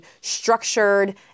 structured